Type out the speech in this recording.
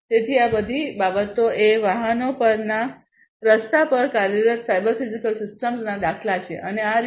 તેથી આ બધી બાબતો એ વાહનો પરના રસ્તા પર કાર્યરત સાયબર ફિઝિકલ સિસ્ટમ્સના દાખલા છે અને આ રીતે